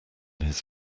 his